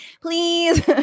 please